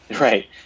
Right